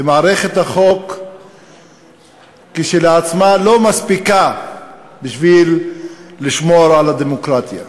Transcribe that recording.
מערכת החוק כשלעצמה לא מספיקה בשביל לשמור על הדמוקרטיה.